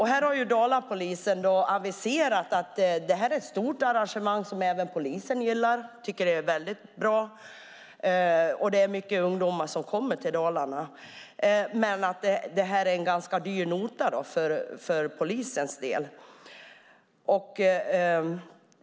Här har Dalapolisen aviserat att Peace & Love är ett stort arrangemang som även polisen gillar och tycker är bra. Det kommer många ungdomar till Dalarna. Men det blir en dyr nota för polisens del.